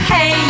Hey